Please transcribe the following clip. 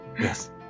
yes